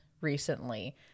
recently